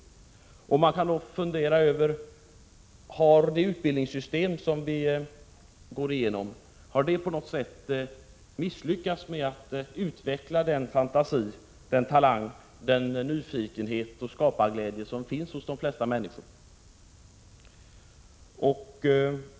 Man kan fundera över om det utbildningssystem som de unga går igenom på något sätt har misslyckats med att utveckla den fantasi, den talang, den nyfikenhet och den skaparglädje som finns hos de flesta människor.